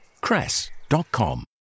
Cress.com